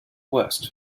worst